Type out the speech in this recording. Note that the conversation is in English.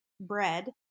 bread